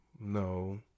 no